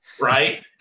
right